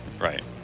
Right